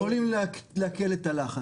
הם יכולים להקל את הלחץ.